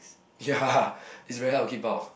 ya it's very hard to keep out